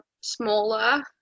smaller